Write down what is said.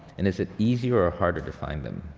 and is it easier or harder to find them?